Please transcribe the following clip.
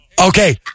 Okay